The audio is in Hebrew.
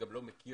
גם לא מכיר